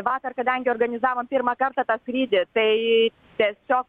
vakar kadangi organizavom pirmą kartą tą skrydį tai tiesio